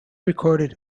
recorded